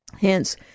Hence